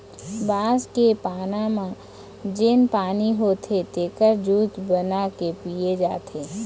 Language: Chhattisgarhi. बांस के पाना म जेन पानी होथे तेखर जूस बना के पिए जाथे